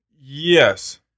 Yes